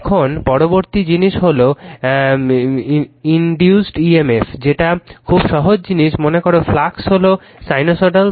এখন পরবর্তী জিনিস হলো ইনডিউসড EMF যেটা খুব সহজ জিনিস মনে করো ফ্লাক্স হলো সাইনোসইডাল